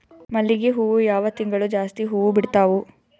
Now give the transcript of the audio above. ಮಲ್ಲಿಗಿ ಹೂವು ಯಾವ ತಿಂಗಳು ಜಾಸ್ತಿ ಹೂವು ಬಿಡ್ತಾವು?